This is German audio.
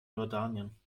jordanien